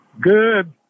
Good